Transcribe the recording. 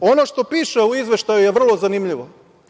ono što piše u izveštaju je vrlo zanimljivo,